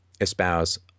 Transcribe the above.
espouse